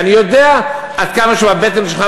אני יודע עד כמה הבטן שלך,